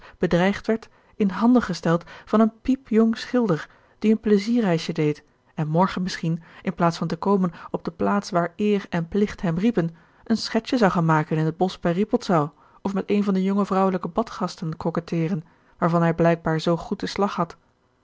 bedreigd werd in handen gesteld van een piepjong schilder die een plezierreisje deed en morgen misschien in plaats van te komen op de plaats waar eer en plicht hem riepen een schetsje zou gaan maken in het bosch bij rippoldsau of met een van de jonge vrouwelijke badgasten coquetteeren waarvan hij blijkbaar zoo goed den slag had